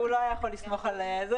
הוא לא יכול היה לסמוך על זה.